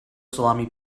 salami